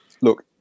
look